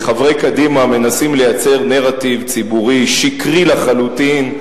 חברי קדימה מנסים לייצר נרטיב ציבורי שקרי לחלוטין,